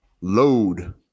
load